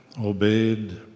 obeyed